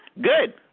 good